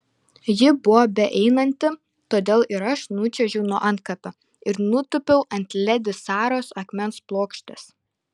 ji buvo beeinanti todėl ir aš nučiuožiau nuo antkapio ir nutūpiau ant ledi saros akmens plokštės